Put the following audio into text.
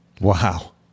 Wow